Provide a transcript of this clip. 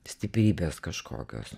stiprybės kažkokios